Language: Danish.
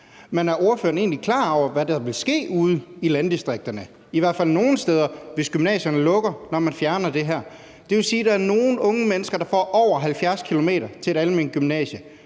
Men er ordføreren egentlig klar over, hvad der vil ske ude i landdistrikterne, i hvert fald nogle af stederne, hvis gymnasierne lukker, når man fjerner det her? Det vil sige, at der er nogle unge mennesker, der får over 70 km til et alment gymnasie.